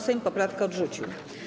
Sejm poprawkę odrzucił.